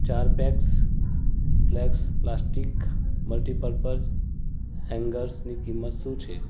ચાર packs flex plastic multipurpose હેંગર્સની કિંમત શું છે